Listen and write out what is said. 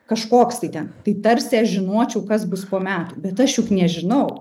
kažkoks tai ten tai tarsi aš žinočiau kas bus po metų bet aš juk nežinau